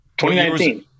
2019